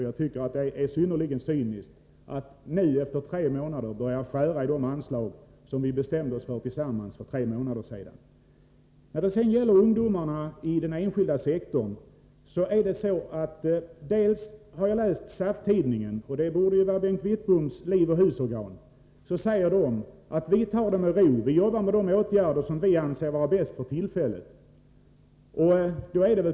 Jag tycker att det är synnerligen cyniskt att ni nu börjar skära i det anslag som vi bestämde oss för tillsammans för tre månader sedan. När det gäller ungdomarna i den enskilda sektorn vill jag säga att jag har läst SAF-tidningen, som borde vara Bengt Wittboms livoch husorgan. Där säger man: Vi tar det med ro. Vi jobbar med de åtgärder som vi anser vara bäst för tillfället.